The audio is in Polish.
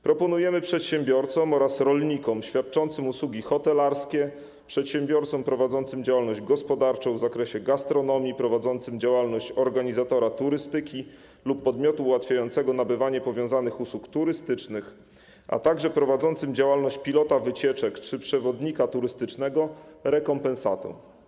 Proponujemy przedsiębiorcom oraz rolnikom świadczącym usługi hotelarskie, przedsiębiorcom prowadzącym działalność gospodarczą w zakresie gastronomii, prowadzącym działalność organizatora turystyki lub podmiotu ułatwiającego nabywanie powiązanych usług turystycznych, a także prowadzącym działalność pilota wycieczek czy przewodnika turystycznego rekompensatę.